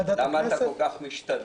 למה אתה כל כך משתדל,